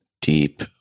deep